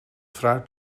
fruit